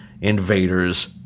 invaders